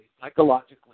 psychologically